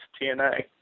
TNA